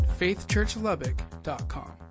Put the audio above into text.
faithchurchlubbock.com